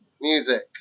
music